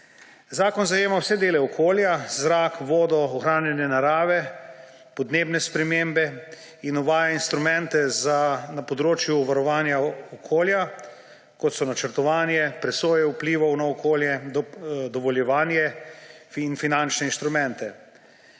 Zakon zajema vse dele okolja: zrak, vodo, ohranjanje narave, podnebne spremembe in uvaja instrumente na področju varovanja okolja, kot so načrtovanje, presoje vplivov na okolje, dovoljevanje in finančne inštrumente.